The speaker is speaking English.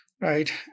right